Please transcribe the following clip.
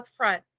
upfront